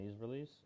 release